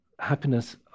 happiness